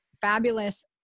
fabulous